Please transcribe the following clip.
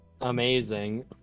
amazing